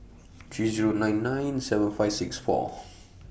three Zero nine nine seven five six four